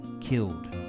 killed